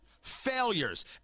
failures